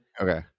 Okay